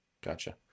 Gotcha